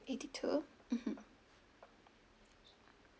eighty two mmhmm